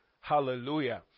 Hallelujah